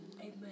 Amen